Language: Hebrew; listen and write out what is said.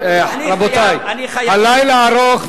הלילה ארוך,